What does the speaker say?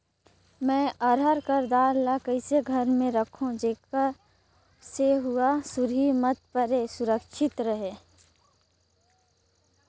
मैं अरहर कर दाल ला कइसे घर मे रखों जेकर से हुंआ सुरही मत परे सुरक्षित रहे?